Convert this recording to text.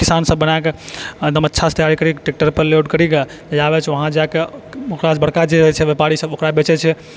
किसान सब बनाए कऽ एकदम अच्छासँ तैयारी ट्रिपल लोड करिकऽ आबै छै वहाँ जाके बड़का जे रहै छै व्यापारी सब ओकरा से बेचै छै जाके